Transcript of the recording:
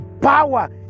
power